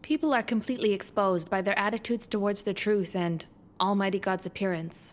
people are completely exposed by their attitudes towards the truth and almighty god's appearance